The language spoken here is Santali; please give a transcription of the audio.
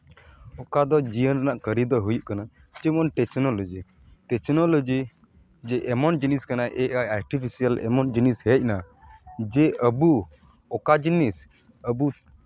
ᱚᱠᱟ ᱫᱚ ᱡᱤᱭᱚᱱ ᱨᱮᱭᱟᱜ ᱠᱟᱹᱨᱤ ᱫᱚ ᱦᱩᱭᱩᱜ ᱠᱟᱱᱟ ᱡᱮᱢᱚᱱ ᱴᱮᱥᱱᱳᱞᱚᱡᱤ ᱴᱮᱪᱱᱳᱞᱚᱡᱤ ᱡᱮᱢᱚᱱ ᱮᱢᱚᱱ ᱡᱤᱱᱤᱥ ᱠᱟᱱᱟ ᱮ ᱟᱭ ᱟᱨᱴᱤᱯᱷᱮᱥᱤᱭᱟᱞ ᱮᱢᱚᱱ ᱡᱤᱱᱤᱥ ᱦᱮᱡ ᱮᱱᱟ ᱡᱮ ᱟᱵᱚ ᱚᱠᱟ ᱡᱤᱱᱤᱥ ᱟᱹᱵᱩ